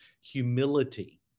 Humility